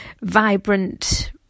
vibrant